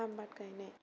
आबाद गायनाय